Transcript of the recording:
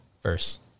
first